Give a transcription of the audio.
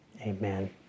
Amen